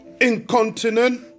incontinent